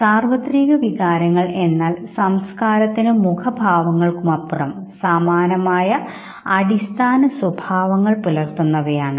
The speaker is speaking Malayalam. സാർവത്രിക വികാരങ്ങൾ എന്നാൽ സംസ്കാരത്തിനും മുഖഭാവങ്ങൾക്കും അപ്പുറം സമാനമായ അടിസ്ഥാന സ്വഭാവങ്ങൾ പുലർത്തുന്നവയാണ്